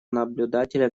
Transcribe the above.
наблюдателя